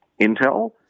intel